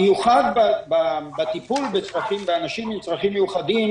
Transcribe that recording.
המיוחד בטיפול באנשים עם צרכים מיוחדים